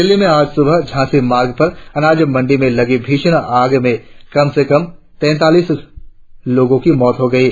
दिल्ली में आज सुबह झांसी मार्ग पर अनाज मंडी में लगी भीषण आग में कम से कम तैतालीस लोगों की मौत हो गई है